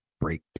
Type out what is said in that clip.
break